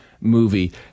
movie